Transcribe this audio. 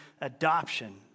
adoption